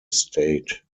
state